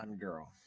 girl